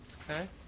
Okay